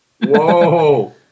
Whoa